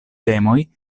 temoj